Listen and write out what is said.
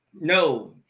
No